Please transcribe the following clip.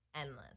endless